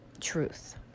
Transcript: truth